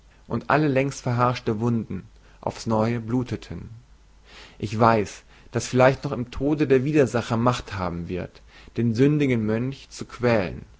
und alle längst verharschte wunden aufs neue bluteten ich weiß daß vielleicht noch im tode der widersacher macht haben wird den sündigen mönch zu quälen